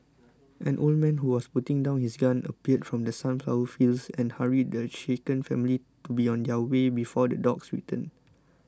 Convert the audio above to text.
an old man who was putting down his gun appeared from the sunflower fields and hurried the shaken family to be on their way before the dogs return